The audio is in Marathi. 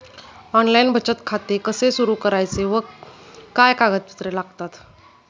ऑनलाइन बचत खाते कसे सुरू करायचे व काय कागदपत्रे लागतात?